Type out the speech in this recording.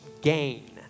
gain